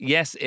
Yes